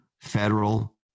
federal